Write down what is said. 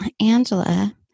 Angela